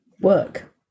work